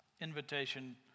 invitation